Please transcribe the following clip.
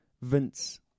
Vince